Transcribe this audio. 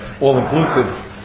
all-inclusive